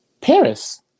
Paris